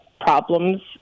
problems